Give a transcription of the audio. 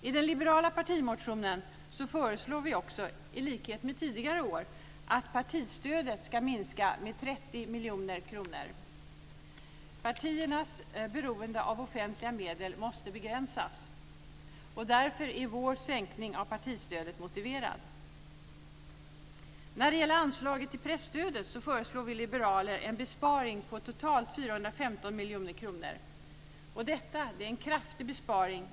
I den liberala partimotionen föreslår vi också, i likhet med tidigare år, att partistödet ska minska med 30 miljoner kronor. Partiernas beroende av offentliga medel måste begränsas. Därför är vår sänkning av partistödet motiverad. När det gäller anslaget till presstödet föreslår vi liberaler en besparing på totalt 415 miljoner kronor. Detta är en kraftig besparing.